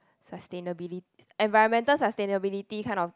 sustainabili~ environmental sustainability kind of